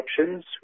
options